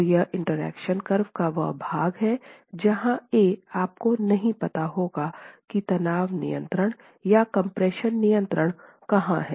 तो यह interaction curve का वह भाग है जहाँ a आपको नहीं पता होगा कि तनाव नियंत्रण या कम्प्रेशन नियंत्रण कहां है